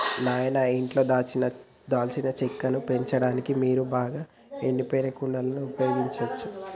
నాయిన ఇంట్లో దాల్చిన చెక్కను పెంచడానికి మీరు బాగా ఎండిపోయిన కుండలను ఉపయోగించచ్చు